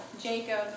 Jacob